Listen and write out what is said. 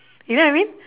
you know what I mean